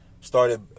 started